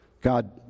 God